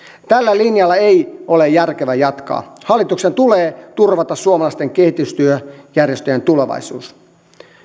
tällä linjalla ei ole järkevä jatkaa hallituksen tulee turvata suomalaisten kehitystyöjärjestöjen tulevaisuus